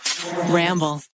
Ramble